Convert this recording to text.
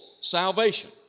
salvation